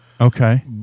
Okay